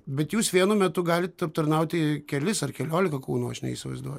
bet jūs vienu metu galit aptarnauti kelis ar keliolika kūnų aš neįsivaizduoju